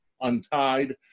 untied